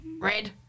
red